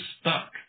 stuck